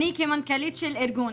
אני כמנכ"לית של ארגון,